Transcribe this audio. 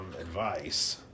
advice